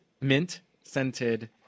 mint-scented